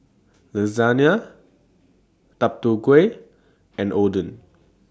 Lasagna Deodeok Gui and Oden